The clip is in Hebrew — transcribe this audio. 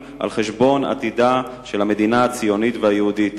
על חשבון עתידה של המדינה הציונית והיהודית.